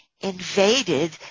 invaded